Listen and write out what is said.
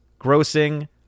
grossing